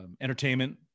entertainment